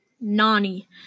Nani